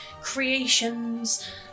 creations